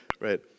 right